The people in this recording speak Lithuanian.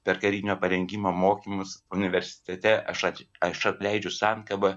per karinio parengimo mokymus universitete aš aš atleidžiu sankabą